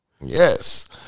Yes